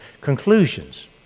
conclusions